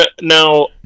Now